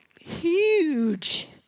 huge